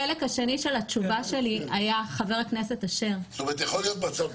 החלק השני של התשובה שלי היה -- יכול להיות בסוף,